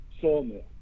sawmill